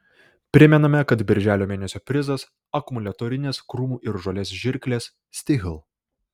primename kad birželio mėnesio prizas akumuliatorinės krūmų ir žolės žirklės stihl